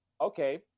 okay